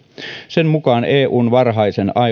sen mukaan eun varhaisen